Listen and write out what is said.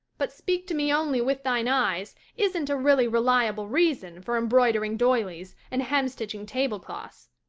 but speak-to-me-only-with-thine-eyes isn't a really reliable reason for embroidering doilies and hemstitching tablecloths.